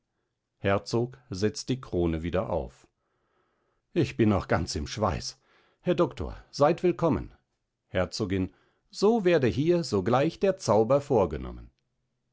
herzog setzt die krone wieder auf ich bin noch ganz im schweiß herr doctor seit willkommen herzogin so werde hier sogleich der zauber vorgenommen